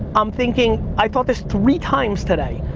i'm thinking, i thought this three times today,